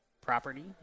property